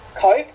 cope